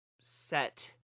set